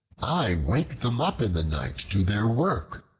i wake them up in the night to their work.